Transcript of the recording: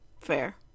Fair